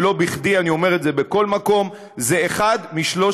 ולא בכדי אני אומר את זה בכל מקום: זה אחד משלושת